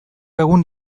egun